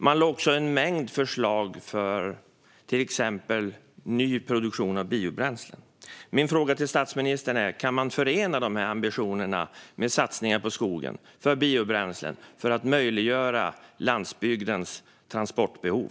Man lade också en mängd förslag för till exempel ny produktion av biobränsle. Min fråga till statsministern är: Kan man förena dessa ambitioner med satsningar på skogen och på biobränslen för att möjliggöra landsbygdens transportbehov?